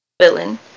villain